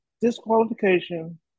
disqualification